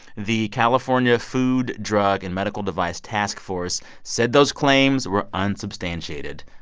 the california food, drug and medical device task force said those claims were unsubstantiated.